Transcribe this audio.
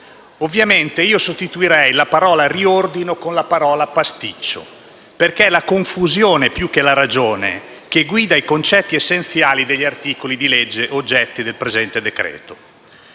Ovviamente, io sostituirei la parola «riordino» con la parola «pasticcio», perché è la confusione, più che la ragione, che guida i concetti essenziali degli articoli di legge oggetti del presente decreto: